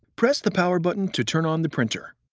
press the power button to turn on the printer.